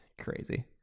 Crazy